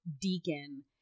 Deacon